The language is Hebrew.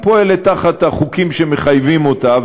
והיא פועלת תחת החוקים שמחייבים אותה,